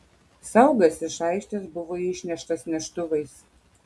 saugas iš aikštės buvo išneštas neštuvais